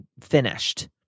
finished